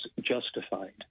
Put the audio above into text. justified